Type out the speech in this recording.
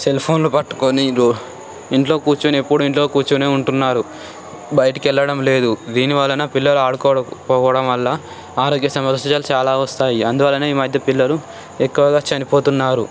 సెల్ఫోన్లు పట్టుకొని ఇంట్లో కూర్చొని ఎప్పుడూ ఇంట్లో కూర్చుని ఉంటున్నారు బయటికి వెళ్ళడం లేదు దీని వలన పిల్లలు ఆడుకోక పోవడం వల్ల ఆరోగ్య సమస్యలు చాలా వస్తాయి అందువలనే ఈమధ్య పిల్లలు ఎక్కువగా చనిపోతున్నారు